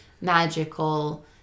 magical